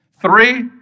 Three